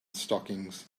stockings